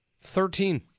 Thirteen